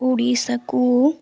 ଓଡ଼ିଶାକୁ